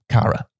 Kara